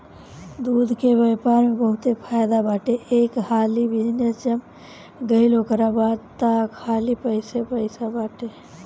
दूध के व्यापार में बहुते फायदा बाटे एक हाली बिजनेस जम गईल ओकरा बाद तअ खाली पइसे पइसे बाटे